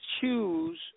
choose